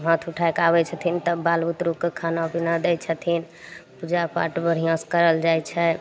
हाथ उठाकऽ आबय छथिन तब बाल बुतरूके खाना पीना दै छथिन पूजा पाठ बढ़िआँसँ करल जाइ छै